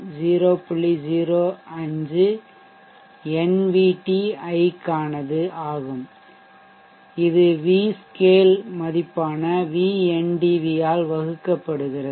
05 N VT I க்கானது ஆகும் இது V scale மதிப்பான Vndv ஆல் வகுக்கப்படுகிறது